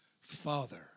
father